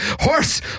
horse